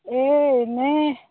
এই এনেই